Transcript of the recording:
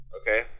Okay